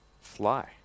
Fly